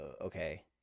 Okay